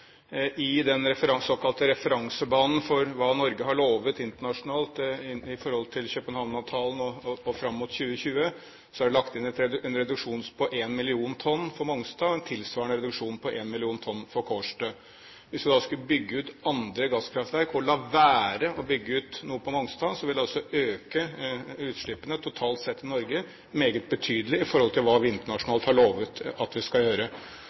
I den såkalte referansebanen for hva Norge har lovt internasjonalt i forhold til København-avtalen fram mot 2020, er det lagt inn en reduksjon på 1 mill. tonn på Mongstad og en tilsvarende reduksjon på 1 mill. tonn på Kårstø. Hvis man skulle bygge ut andre gasskraftverk og la være å bygge ut noe på Mongstad, vil det altså øke utslippene totalt sett i Norge meget betydelig i forhold til hva vi internasjonalt har lovt at vi skal gjøre.